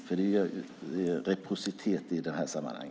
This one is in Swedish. Det innebär reciprocitet i detta sammanhang.